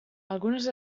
algunes